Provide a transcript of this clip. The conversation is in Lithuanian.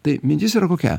ta mintis yra kokia